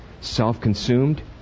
self-consumed